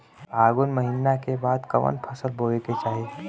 फागुन महीना के बाद कवन फसल बोए के चाही?